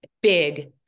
big